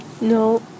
No